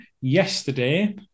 yesterday